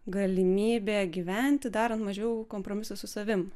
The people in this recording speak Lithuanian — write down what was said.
galimybė gyventi darant mažiau kompromisų su savim